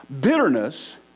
Bitterness